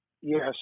Yes